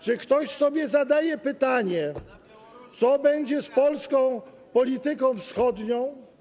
Czy ktoś sobie zadaje pytanie, co będzie z polską polityką wschodnią?